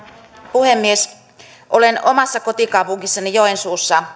puhemies olen omassa kotikaupungissani joensuussa